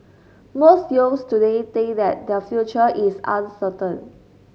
most youths today think that their future is uncertain